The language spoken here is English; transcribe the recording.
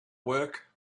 work